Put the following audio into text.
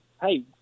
hey